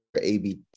AB